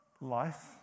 life